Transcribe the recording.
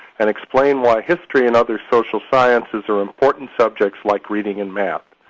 and explain why history and other social sciences are important subjects like reading and math.